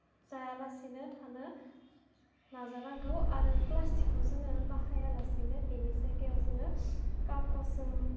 जायालासिनो थानो नाजानांगौ आरो प्लाष्टिकखौ जोङो बाहायालासिनो बेनि जायगायाव जोङो कागजजों